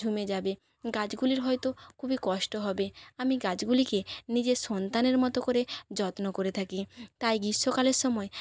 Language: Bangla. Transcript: ঝুমে যাবে গাছগুলির হয়তো খুবই কষ্ট হবে আমি গাছগুলিকে নিজের সন্তানের মতো করে যত্ন করে থাকি তাই গ্রীষ্মকালের সময়